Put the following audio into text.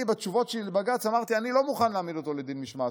בתשובות שלי לבג"ץ אמרתי: אני לא מוכן להעמיד אותו לדין משמעתי.